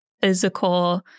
physical